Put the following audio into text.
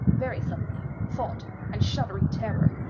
very suddenly, thought, and shuddering terror,